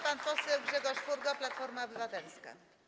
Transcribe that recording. Pan poseł Grzegorz Furgo, Platforma Obywatelska.